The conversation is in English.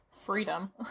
freedom